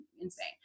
insane